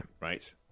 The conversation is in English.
right